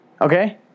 Okay